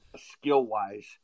skill-wise